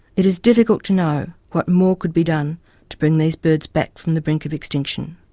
it is difficult to know what more could be done to bring these birds back from the brink of extinction.